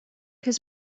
has